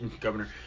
governor